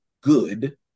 good